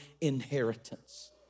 inheritance